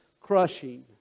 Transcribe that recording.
crushing